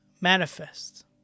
manifest